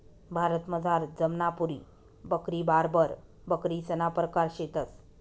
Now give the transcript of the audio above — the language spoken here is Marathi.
भारतमझार जमनापुरी बकरी, बार्बर बकरीसना परकार शेतंस